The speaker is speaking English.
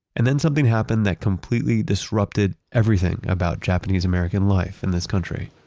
and then something happened that completely disrupted everything about japanese-american life in this country